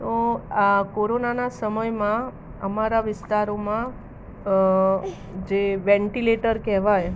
તો આ કોરોનાના સમયમાં અમારા વિસ્તારોમાં જે વેન્ટિલેટર કહેવાય